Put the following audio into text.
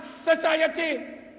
society